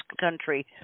country